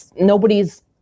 Nobody's